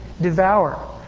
devour